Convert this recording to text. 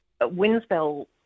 Winsbell